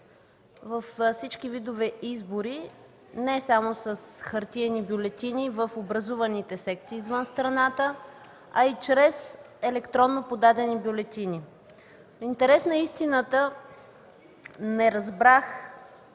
във всички видове избори, не само с хартиени бюлетини в образуваните секции извън страната, а и чрез електронно подадени бюлетини. В интерес на истината не разбрах